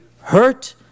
hurt